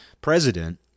president